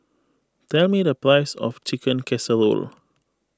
tell me the price of Chicken Casserole